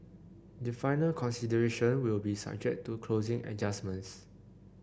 the final consideration will be subject to closing adjustments